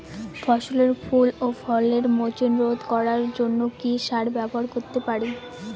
ফসলের ফুল ও ফলের মোচন রোধ করার জন্য কি সার ব্যবহার করতে পারি?